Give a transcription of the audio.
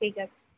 ঠিক আছে